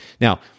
Now